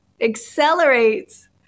accelerates